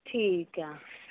ਠੀਕ ਹੈ